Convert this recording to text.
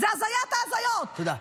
שזו הזיית ההזיות --- תודה,